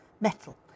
metal